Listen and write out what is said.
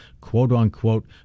quote-unquote